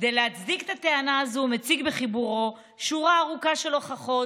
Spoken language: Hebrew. כדי להצדיק את הטענה הזאת הוא מציג בחיבורו שורה ארוכה של הוכחות